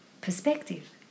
perspective